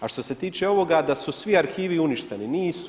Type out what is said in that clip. A što se tiče ovoga da su svi arhivi uništeni, nisu.